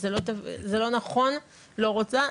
זה לא נכון לא רוצה,